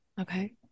Okay